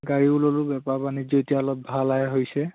গাড়ীও ল'লোঁ বেপাৰ বাণিজ্য এতিয়া অলপ ভালেই হৈছে